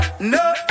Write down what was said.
No